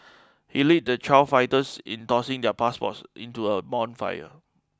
he led the child fighters in tossing their passports into a bonfire